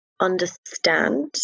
understand